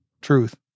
truth